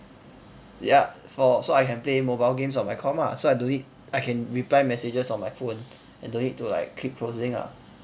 ya for so I can play mobile games on my comp ah so I don't need I can reply messages on my phone and don't need to like keep closing ah